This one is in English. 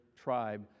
tribe